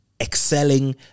excelling